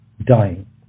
dying